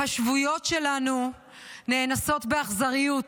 והשבויות שלנו נאנסות באכזריות